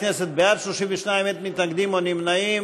חברי הכנסת, בעד, 32, אין מתנגדים או נמנעים.